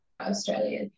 Australia